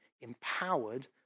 empowered